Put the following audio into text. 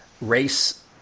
race